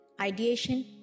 Ideation